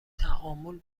تعامل